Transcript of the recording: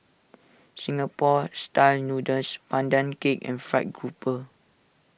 Singapore Style Noodles Pandan Cake and Fried Grouper